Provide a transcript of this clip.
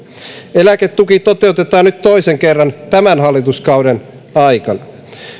eläketuki toteutetaan nyt toisen kerran tämän hallituskauden aikana